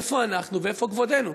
איפה אנחנו ואיפה כבודנו?